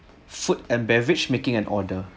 food and beverage making an order